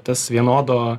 tas vienodo